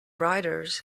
riders